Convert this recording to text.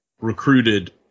recruited